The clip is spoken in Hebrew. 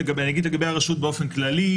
אני אגיד לגבי הרשות באופן כללי,